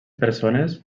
persones